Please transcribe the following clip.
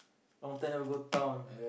long time never go town